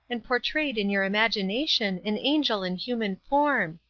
and portrayed in your imagination an angel in human form.